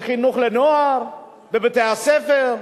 בחינוך הנוער, בבתי-הספר,